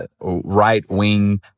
right-wing